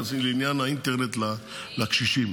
לעניין האינטרנט לקשישים.